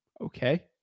Okay